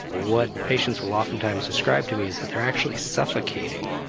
what patients will often times describe to me is that they are actually suffocating.